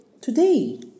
today